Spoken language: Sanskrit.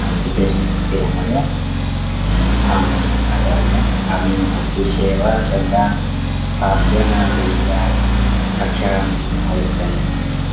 काम्पिटेषन् अस्ति वा महोदय आम् आचार्य अहं तद्विष्ये एव श्रद्धां स्थाप्य विद्या कक्षायाम् आगच्छन्नस्मि